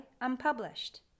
unpublished